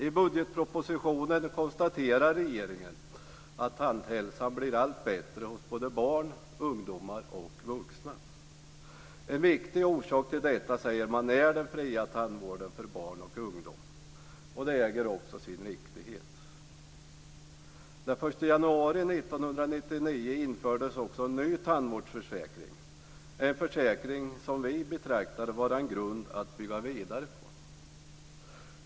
I budgetpropositionen konstaterar regeringen att tandhälsan blir allt bättre hos både barn, ungdomar och vuxna. En viktig orsak till detta säger man är den fria tandvården för barn och ungdom. Det äger också sin riktighet. Den 1 januari 1999 infördes en ny tandvårdsförsäkring. Det är en försäkring som vi betraktar som en grund att bygga vidare på.